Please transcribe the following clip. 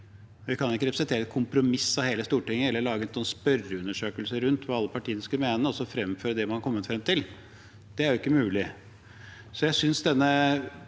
Vi kan ikke representere et kompromiss av hele Stortinget eller lage en spørreun dersøkelse om hva alle partiene skulle mene, og så fremføre det man er kommet frem til. Det er ikke mulig. Jeg synes denne